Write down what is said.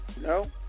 No